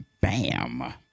Bam